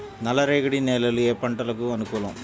నల్లరేగడి నేలలు ఏ పంటలకు అనుకూలం?